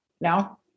no